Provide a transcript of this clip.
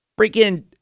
freaking